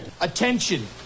Attention